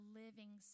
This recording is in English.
living